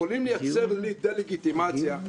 יכולים לייצר לי דה-לגיטימציה,